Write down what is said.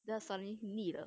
then suddenly 腻了